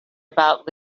about